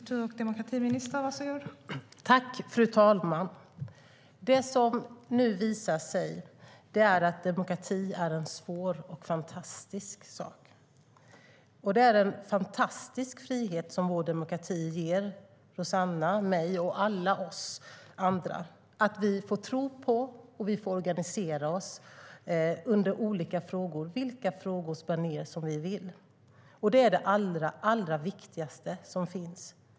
Fru talman! Det som nu visar sig är att demokrati är en svår och fantastisk sak. Det är en fantastisk frihet som vår demokrati ger Rossana, mig och alla andra att vi får tro på och organisera oss under vilka frågors baner vi vill. Det är det allra viktigaste som finns.